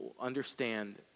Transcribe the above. understand